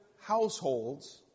households